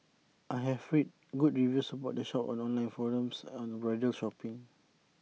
I have read good reviews about the shop on online forums on bridal shopping